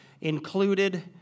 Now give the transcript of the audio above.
included